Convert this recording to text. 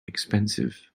expensive